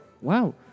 wow